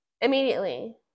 immediately